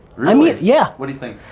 i mean yeah. what do you think?